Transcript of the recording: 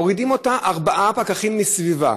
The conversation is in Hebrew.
מורידים אותה, ארבעה פקחים מסביבה.